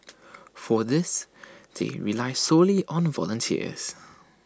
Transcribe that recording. for this they rely solely on volunteers